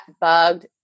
bugged